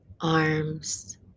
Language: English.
Arms